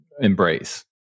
embrace